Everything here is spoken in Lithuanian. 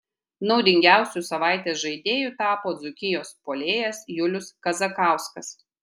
naudingiausiu savaitės žaidėju tapo dzūkijos puolėjas julius kazakauskas